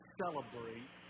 celebrate